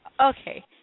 Okay